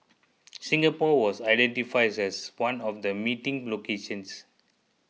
Singapore was identifies as one of the meeting locations